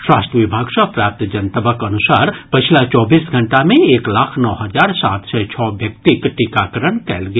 स्वास्थ्य विभाग सँ प्राप्त जनतबक अनुसार पछिला चौबीस घंटा मे एक लाख नओ हजार सात सय छओ व्यक्तिक टीकाकरण कयल गेल